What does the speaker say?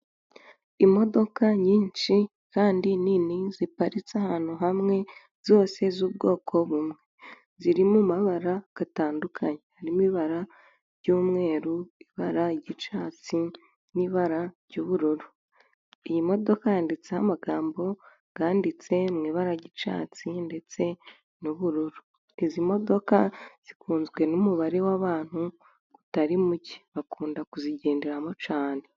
Imodoka nyinshi kandi nini, ziparitse ahantu hamwe, zose z'ubwoko bumwe, ziri mu mabara atandukanye, harimo ibara ry'umweru, ibara ry'icyatsi, n'ibara ry'ubururu. Iyi modoka yanditseho amagambo yanditse mu ibara ry'icyatsi ndetse n'ubururu. Izi modoka zikunzwe n'umubare w'abantu utari muke, bakunda kuzigenderamo cyane.